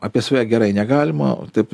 apie save gerai negalima taip